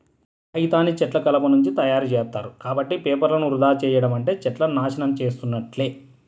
కాగితాన్ని చెట్ల కలపనుంచి తయ్యారుజేత్తారు, కాబట్టి పేపర్లను వృధా చెయ్యడం అంటే చెట్లను నాశనం చేసున్నట్లే